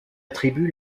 attribue